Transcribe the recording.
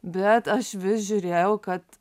bet aš vis žiūrėjau kad